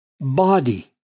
body